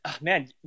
man